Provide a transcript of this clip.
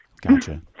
Gotcha